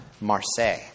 Marseille